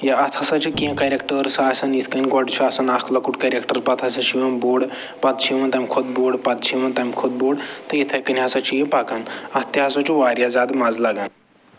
یا اَتھ ہَسا چھِ کیٚنٛہہ کَرٮ۪کٹٲرٕس آسان یِتھ کٔنۍ گۄڈٕ چھِ آسان اکھ لۄکُٹ کَرٮ۪کٹَر پتہٕ ہَسا چھُ یِوان بوٚڈ پتہٕ چھِ یِوان تَمہِ کھۄتہٕ بوٚڈ پتہٕ چھِ یِوان تَمہِ کھۄتہٕ بوٚڈ تہِ یِتھَے کٔنۍ ہَسا چھِ یہِ پَکان اَتھ تہِ ہَسا چھُ وارِیاہ زیادٕ مزٕ لَگان